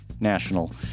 national